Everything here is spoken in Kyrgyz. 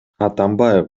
атамбаев